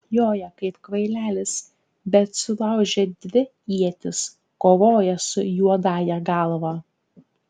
joja kaip kvailelis bet sulaužė dvi ietis kovoje su juodąja galva